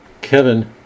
kevin